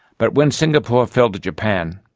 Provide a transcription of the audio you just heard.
but when singapore fell to japan,